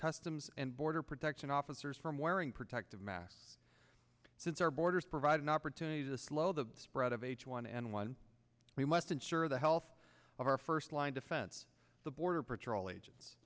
customs and border protection officers from wearing protective masks since our borders provide an opportunity to slow the spread of h one n one we must ensure the health of our first line defense the border patrol agents